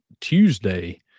Tuesday